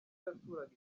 yasuraga